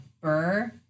burr